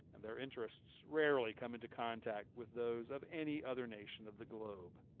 and their interests rarely come into contact with those of any other nation of the globe.